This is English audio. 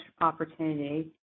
opportunity